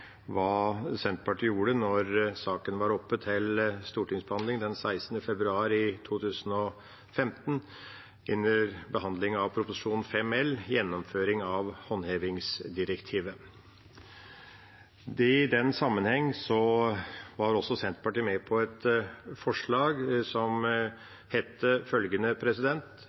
hva Senterpartiet gjorde da saken var oppe til stortingsbehandling den 16. februar 2017, under behandlingen av Prop. 5 L for 2016–2017, gjennomføring av håndhevingsdirektivet. I den sammenheng var Senterpartiet med på et forslag som